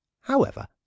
However